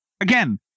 Again